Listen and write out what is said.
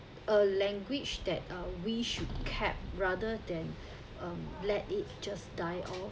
a language that uh we should kept rather than um let it just die off